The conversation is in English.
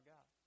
God